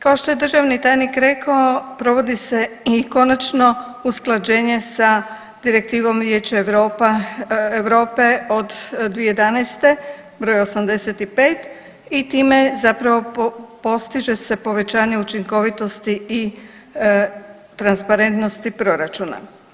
Kao što je državni tajnik rekao provodi se i konačno usklađenje sa Direktivom Vijeća Europe od 2011. br. 85. i time zapravo postiže se povećanje učinkovitosti i transparentnosti proračuna.